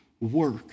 work